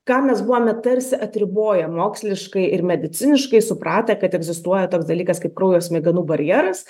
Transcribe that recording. ką mes buvome tarsi atriboję moksliškai ir mediciniškai supratę kad egzistuoja toks dalykas kaip kraujo smegenų barjeras